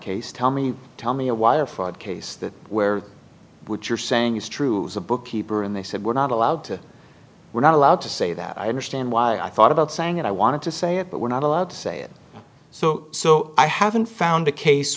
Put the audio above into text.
case tell me tell me a wire fraud case that where which you're saying is true is a bookkeeper and they said we're not allowed to we're not allowed to say that i understand why i thought about saying that i wanted to say it but we're not allowed to say it so so i haven't found a case